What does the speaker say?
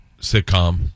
sitcom